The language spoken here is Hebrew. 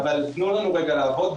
אבל תנו לנו רגע לעבוד,